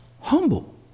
humble